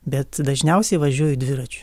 bet dažniausiai važiuoju dviračiu